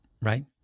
right